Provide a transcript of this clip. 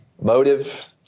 motive